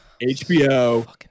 HBO